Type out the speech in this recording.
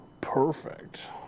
Perfect